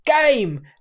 game